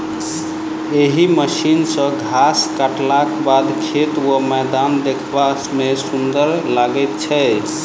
एहि मशीन सॅ घास काटलाक बाद खेत वा मैदान देखबा मे सुंदर लागैत छै